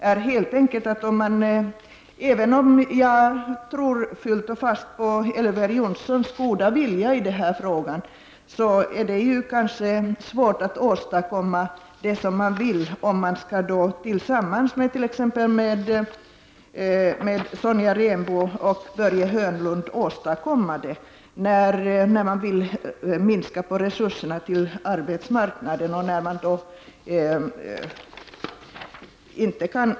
Även om jag fullt och fast tror på Elver Jonssons goda vilja i denna fråga, tror jag att han skulle ha svårt att åstadkomma det han vill, när det skall ske i samarbete med t.ex. Sonja Rembo och Börje Hörnlund, som ju vill minska på resurserna till arbetsmarknadspolitiken.